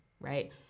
right